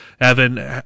Evan